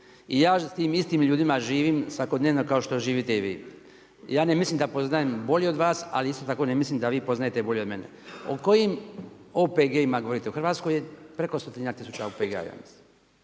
i ja s tim istim ljudima živim svakodnevno kao što živite i vi. Ja ne mislim da poznajem bolje od vas, ali isto tako ne mislim da vi poznajete bolje od mene. O kojim OPG-ima govorite? U Hrvatskoj je preko stotinjak tisuća